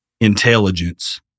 intelligence